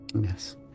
Yes